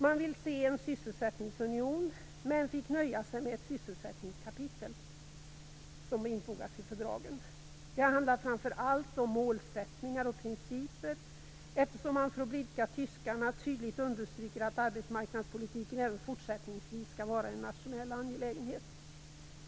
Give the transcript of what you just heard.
Man vill se en sysselsättningsunion, men man fick nöja sig med ett sysselsättningskapitel som infogas i fördragen. Det handlar framför allt om målsättningar och principer eftersom man för att blidka tyskarna tydligt understryker att arbetsmarknadspolitiken även fortsättningsvis skall vara en nationell angelägenhet.